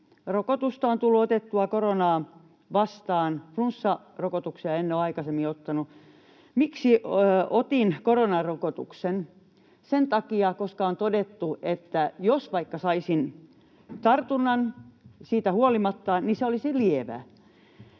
rokotusta on tullut otettua koronaa vastaan. Flunssarokotuksia en ole aikaisemmin ottanut. Miksi otin koronarokotuksen? Sen takia, koska on todettu, että jos vaikka saisin tartunnan siitä huolimatta, niin se olisi lievä.